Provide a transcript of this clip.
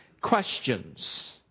questions